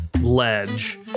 ledge